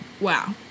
wow